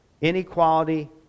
inequality